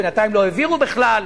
ובינתיים לא העבירו בכלל.